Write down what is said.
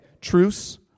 truce